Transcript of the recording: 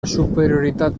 superioritat